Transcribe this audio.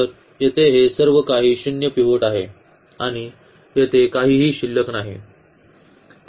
तर येथे हे सर्व काही 0 पिवोट आहे आणि येथे काहीही शिल्लक नाही